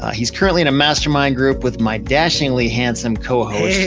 he's currently in a mastermind group with my dashingly handsome co-host,